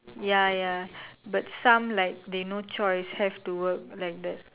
ya ya but some like they no choice have to work like that